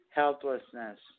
helplessness